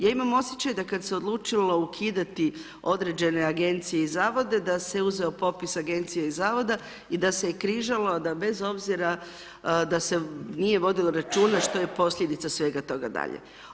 Ja ima osjećaj da kada se odlučilo ukidati određene Agencije i Zavode da se uzeo popis Agencija i Zavoda i da se je križalo da bez obzira da se nije vodilo računa što je posljedica svega toga dalje.